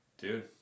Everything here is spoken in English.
Dude